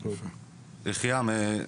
יחיעם,